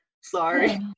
Sorry